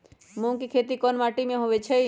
मूँग के खेती कौन मीटी मे होईछ?